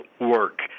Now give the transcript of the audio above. work